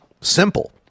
Simple